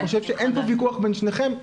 אני חושב שאין פה ויכוח בין שניכם,